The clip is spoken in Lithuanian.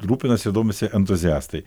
rūpinasi ir domisi entuziastai